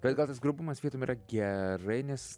bet kartais grubumas vietom yra gerai nes